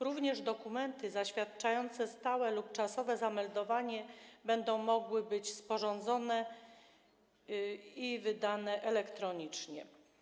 Również dokumenty zaświadczające stałe lub czasowe zameldowanie będą mogły być sporządzone i wydane elektronicznie.